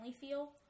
feel